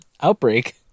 Outbreak